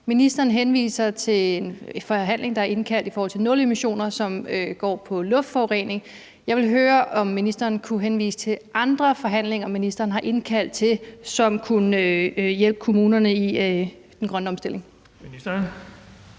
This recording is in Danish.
Ministeren henviser til en forhandling, der er indkaldt til, i forhold til nulemissionszoner, som går på luftforurening. Jeg vil høre, om ministeren kunne henvise til andre forhandlinger, som han har indkaldt til, og som kunne hjælpe kommunerne i forbindelse med den grønne omstilling. Kl.